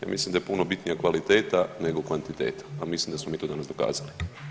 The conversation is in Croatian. Ja mislim da je puno bitnija kvaliteta nego kvantiteta, a mislim da smo mi to danas dokazali.